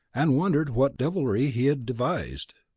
and wondered what deviltry he had devised.